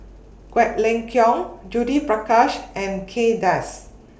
Quek Ling Kiong Judith Prakash and Kay Das